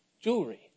Jewelry